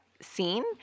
scene